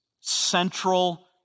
central